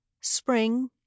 Spring